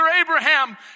Abraham